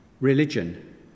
Religion